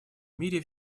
мире